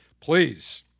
Please